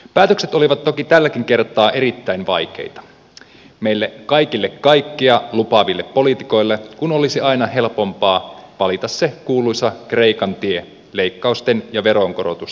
päätökset olivat toki tälläkin kertaa erittäin vaikeita meille kaikille kaikkea lupaaville poliitikoille kun olisi aina helpompaa valita se kuuluisa kreikan tie leikkausten ja veronkorotusten sijaan